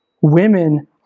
Women